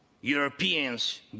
Europeans